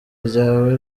ryaba